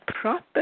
proper